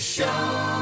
Show